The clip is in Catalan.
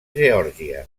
geòrgia